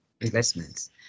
investments